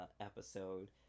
episode